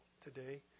today